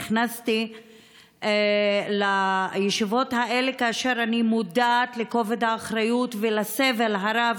נכנסתי לישיבות האלה כאשר אני מודעת לכובד האחריות ולסבל הרב